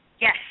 Yes